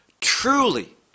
Truly